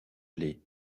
les